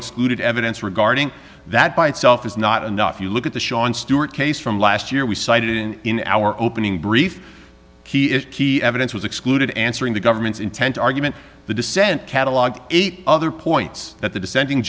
excluded evidence regarding that by itself is not enough you look at the sean stewart case from last year we cited in our opening brief key is key evidence was excluded answering the government's intent argument the dissent catalogue eight other points that the dissenting